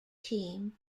team